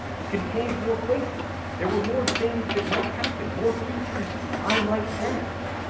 it contained more places. there were more things that might happen, more futures i might have.